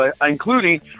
including